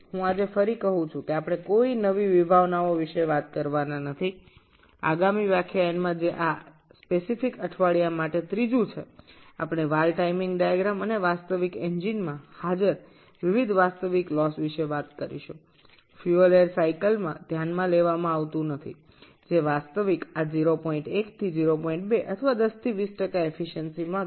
সুতরাং আমি পুনরুক্তি করছি যে আজ আমরা কোনও নতুন ধারণা সম্পর্কে কথা বলতে যাচ্ছি না পরবর্তী বক্তৃতায় যা এই বিশেষ সপ্তাহের জন্য তৃতীয় তাতে আমরা ভালভের সময় লেখচিত্র এবং প্রকৃত ইঞ্জিনে উপস্থিত বিভিন্ন প্রকৃত ব্যয় এর কথা বলব যা ফুয়েল এয়ার চক্রে বিবেচনা করা হয় না যা প্রকৃতপক্ষে ফুয়েল এয়ার চক্রের তুলনায় প্রকৃত অর্থে ০১ থেকে ০২ বা ১০ থেকে ২০ দক্ষতা হ্রাস করে